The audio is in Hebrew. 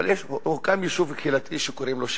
אבל הוקם יישוב קהילתי שקוראים לו שמשית,